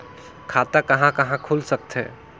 खाता कहा कहा खुल सकथे?